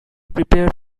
prepared